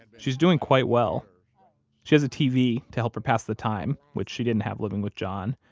and she's doing quite well she has a tv to help her pass the time, which she didn't have living with john.